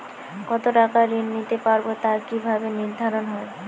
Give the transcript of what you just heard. কতো টাকা ঋণ নিতে পারবো তা কি ভাবে নির্ধারণ হয়?